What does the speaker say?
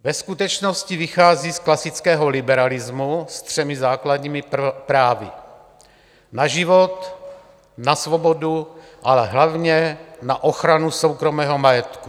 Ve skutečnosti vychází z klasického liberalismu s třemi základními právy: na život, na svobodu, ale hlavně na ochranu soukromého majetku.